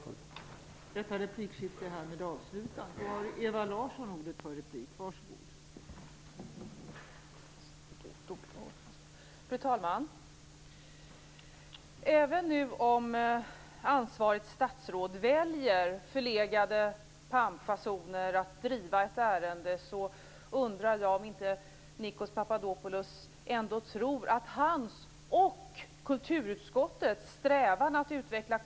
Tack!